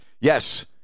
Yes